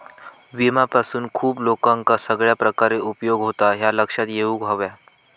विम्यापासून खूप लोकांका सगळ्या प्रकारे उपयोग होता, ह्या लक्षात घेऊक हव्या